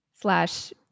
slash